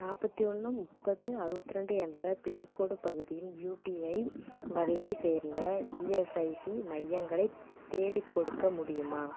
நாற்பத்தி ஒன்று முப்பது அறுபத் ரெண்டு என்ற பின்கோடு பகுதியில் யுடிஐ வகையை சேர்ந்த இஎஸ்ஐசி மையங்களை தேடிக்கொடுக்க முடியுமா